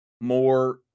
more